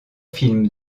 films